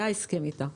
זה ההסכם איתם.